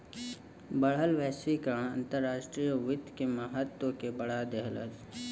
बढ़ल वैश्वीकरण अंतर्राष्ट्रीय वित्त के महत्व के बढ़ा देहलेस